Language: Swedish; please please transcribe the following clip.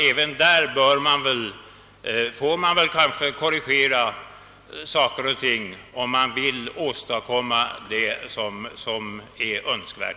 Även i detta sammanhang får man kanske korrigera saker och ting, om man vill åstadkomma det resultat som är önskvärt.